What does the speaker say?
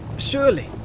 Surely